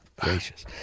Gracious